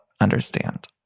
understand